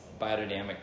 biodynamic